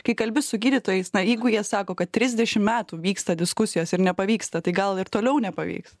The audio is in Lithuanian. kai kalbi su gydytojais na jeigu jie sako kad trisdešim metų vyksta diskusijos ir nepavyksta tai gal ir toliau nepavyks